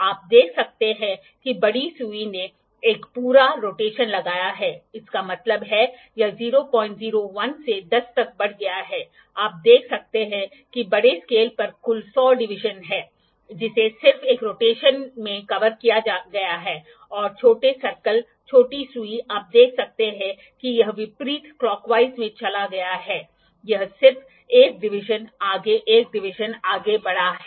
आप देख सकते हैं कि बड़ी सुई ने एक पूरा रोटेशन लगाया है इसका मतलब है यह 001 से 100 तक बढ़ गया है आप देख सकते हैं कि बड़े स्केल पर कुल १०० डिवीजन हैं जिसे सिर्फ एक रोटेशन में कवर किया गया है और छोटे सर्कल छोटी सुई आप देख सकते हैं कि यह विपरीत क्लाकवाइज में चला गया है यह सिर्फ १ डिवीजन आगे १ डिवीजन आगे बढ़ा है